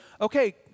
okay